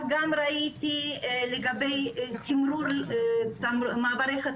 גם ראיתי לגבי תימרור מעברי חציה,